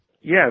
yes